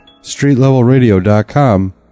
StreetLevelRadio.com